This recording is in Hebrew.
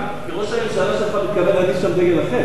כי ראש הממשלה שלך מתכוון להניף שם דגל אחר.